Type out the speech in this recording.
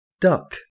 Duck